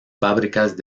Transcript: fábricas